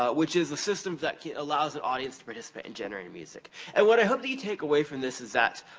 ah which is a system that allows an audience to participate in generating music. and what i hope that you take away from this, is that